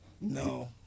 No